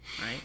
right